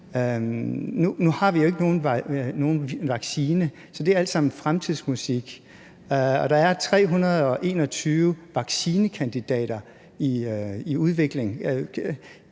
Nu har vi jo ikke nogen vaccine, så det er alt sammen fremtidsmusik, og der er 321 vaccinekandidater i udvikling.